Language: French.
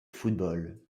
football